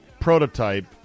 prototype